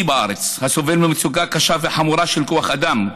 בארץ הסובל ממצוקה קשה וחמורה של כוח אדם.